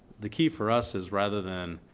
the key for us is rather than